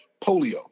polio